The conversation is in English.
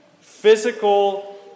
physical